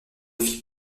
vie